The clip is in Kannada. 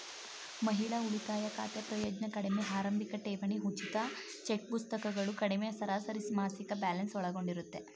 ಮಹಿಳಾ ಉಳಿತಾಯ ಖಾತೆ ಪ್ರಯೋಜ್ನ ಕಡಿಮೆ ಆರಂಭಿಕಠೇವಣಿ ಉಚಿತ ಚೆಕ್ಪುಸ್ತಕಗಳು ಕಡಿಮೆ ಸರಾಸರಿಮಾಸಿಕ ಬ್ಯಾಲೆನ್ಸ್ ಒಳಗೊಂಡಿರುತ್ತೆ